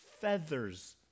feathers